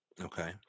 Okay